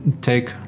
take